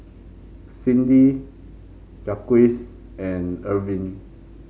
Cyndi Jaquez and Irving